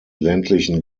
ländlichen